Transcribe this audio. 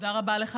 תודה רבה לך,